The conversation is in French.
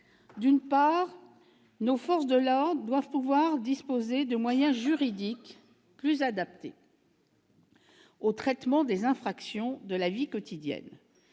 D'une part, nos forces de l'ordre doivent pouvoir disposer de moyens juridiques plus adaptés au traitement des infractions de la vie quotidienne.